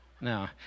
No